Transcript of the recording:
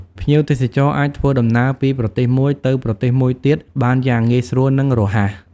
ភ្ញៀវទេសចរអាចធ្វើដំណើរពីប្រទេសមួយទៅប្រទេសមួយទៀតបានយ៉ាងងាយស្រួលនិងរហ័ស។